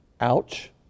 Ouch